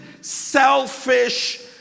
selfish